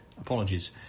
apologies